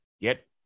Get